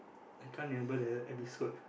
I can't remember that episode